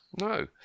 No